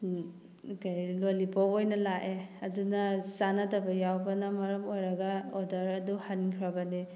lollipop ꯑꯣꯏꯅ ꯂꯥꯛꯑꯦ ꯑꯗꯨꯅ ꯆꯥꯟꯅꯗꯕ ꯌꯥꯎꯕꯅ ꯃꯔꯝ ꯑꯣꯏꯔꯒ ꯑꯣꯗꯔ ꯑꯗꯨ ꯍꯟꯈ꯭ꯔꯕꯅꯦ